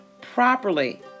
properly